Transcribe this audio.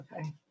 Okay